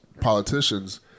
politicians